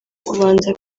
kubanza